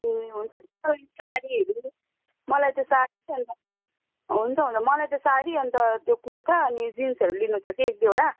ए हुन्छ साडीहरू मलाई त साडी अनि त हुन्छ हुन्छ मलाई त साडी अनि त त्यो कुर्ता अनि जिन्सहरू लिनुछ कि एक दुईवटा